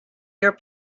year